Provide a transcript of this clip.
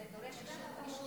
זה דורש אישור של